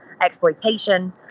exploitation